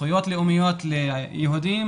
זכויות לאומיות ליהודים